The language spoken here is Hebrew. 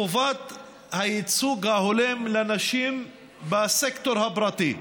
את חובת הייצוג ההולם של נשים בסקטור הפרטי.